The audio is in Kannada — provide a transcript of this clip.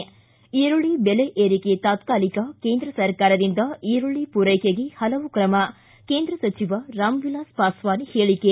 ಿ ಈರುಳ್ಲಿ ಬೆಲೆ ಏರಿಕೆ ತಾತಾಲಿಕ ಕೇಂದ್ರ ಸರ್ಕಾರದಿಂದ ಈರುಳ್ಲಿ ಪೂರೈಕೆಗೆ ಹಲವು ಕ್ರಮ ಕೇಂದ್ರ ಸಚಿವ ರಾಮ್ವಿಲಾಸ್ ಪಾಸ್ವಾನ್ ಹೇಳಿಕೆ